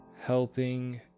helping